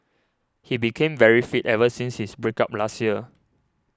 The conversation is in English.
he became very fit ever since his break up last year